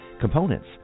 Components